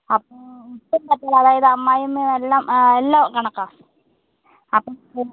അപ്പോൾ ഒട്ടും പറ്റില്ല അതായത് അമ്മായിയമ്മ എല്ലാം എല്ലാം കണക്കാണ് അപ്പം